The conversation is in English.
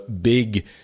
big